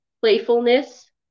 Playfulness